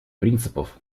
принципов